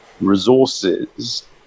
resources